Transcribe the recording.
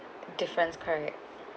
difference correct